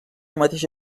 mateixa